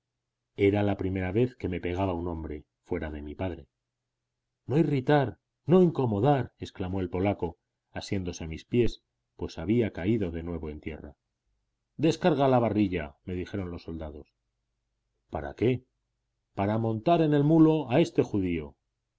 era la primera vez que me pegaba un hombre fuera de mi padre no irritar no incomodar exclamó el polaco asiéndose a mis pies pues había caído de nuevo en tierra descarga la barrilla me dijeron los soldados para qué para montar en el mulo a este judío